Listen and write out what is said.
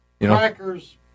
Cracker's